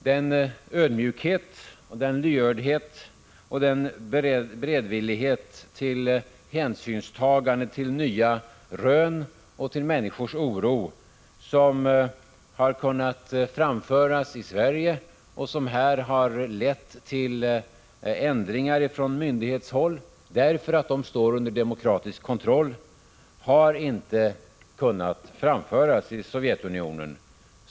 Den ödmjukhet, lyhördhet och beredvillighet till hänsynstagande till nya rön och till människors oro som har kunnat framföras i Sverige, och som här har lett till ändringar ifrån myndighetshåll, därför att de står under demokratisk kontroll, har inte kunnat framföras i Sovjetunionen.